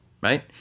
right